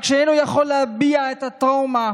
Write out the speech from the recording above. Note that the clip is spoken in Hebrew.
רק שאינו יכול להביע את הטראומה